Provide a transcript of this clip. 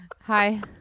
Hi